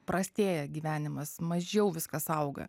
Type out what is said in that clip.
prastėja gyvenimas mažiau viskas auga